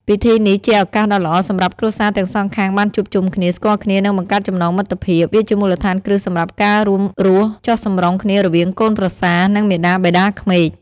ពិធីនេះ ជាឱកាសដ៏ល្អសម្រាប់គ្រួសារទាំងសងខាងបានជួបជុំគ្នា ស្គាល់គ្នា និងបង្កើតចំណងមិត្តភាព វាជាមូលដ្ឋានគ្រឹះសម្រាប់ការរួមរស់ចុះសម្រុងគ្នារវាងកូនប្រសា និងមាតាបិតាក្មេក។